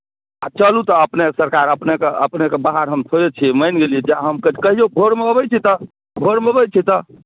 आब चलू तऽ अपने सरकार अपनेक अपनेक बाहर हम थोड़े छियै मानि गेलियै जे हम कहियौ भोरमे अबैत छी तऽ भोरमे अबैत छी तऽ